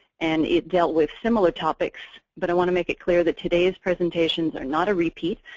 and it dealt with similar topics. but i want to make it clear that today's presentations are not a repeat,